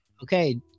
okay